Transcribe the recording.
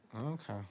Okay